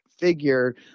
figure